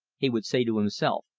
he would say to himself,